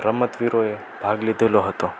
રમતવીરોએ ભાગ લીધેલો હતો